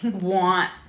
want